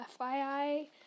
FYI